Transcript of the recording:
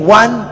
one